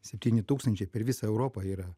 septyni tūkstančiai per visą europą yra